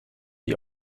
die